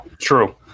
true